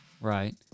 right